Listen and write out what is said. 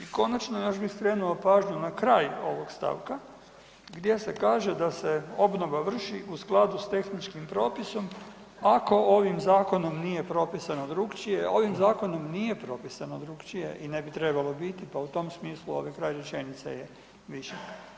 I konačno još bih skrenuo pažnju na kraj ovog stavka gdje se kaže da se obnova vrši u skladu s tehničkim propisom ako ovim zakonom nije propisano drukčije, a ovim zakonom nije propisano drukčije i ne bi trebalo biti pa u tom smislu ovaj kraj rečenice je višak.